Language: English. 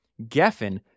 Geffen